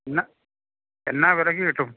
എന്നാ എന്നാ വിലയ്ക്ക് കിട്ടും